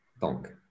Donc